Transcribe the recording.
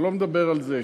אני לא מדבר על זה,